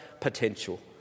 potential